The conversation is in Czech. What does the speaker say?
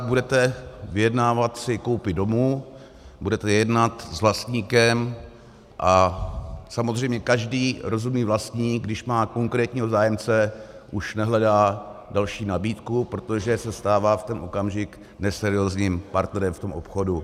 Budete si vyjednávat koupi domu, budete jednat s vlastníkem a samozřejmě každý rozumný vlastník, když má konkrétního zájemce, už nehledá další nabídku, protože se stává v ten okamžik neseriózním partnerem v tom obchodu.